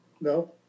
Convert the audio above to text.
no